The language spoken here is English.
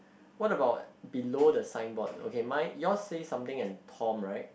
what about below the signboard okay mine yours says something and Tom right